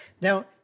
now